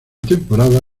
temporada